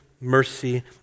mercy